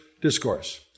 discourse